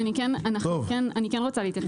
אדוני היושב ראש, אני כן רוצה להתייחס.